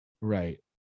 right